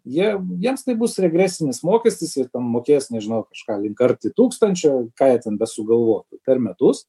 jie jiems tai bus regresinis mokestis jie ten mokės nežinau kažką link arti tūkstančio ką jie ten besugalvotų per metus